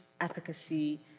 efficacy